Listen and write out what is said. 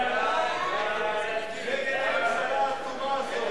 נגד הממשלה האטומה הזאת.